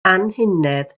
anhunedd